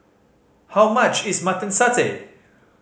how much is Mutton Satay